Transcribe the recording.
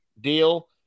deal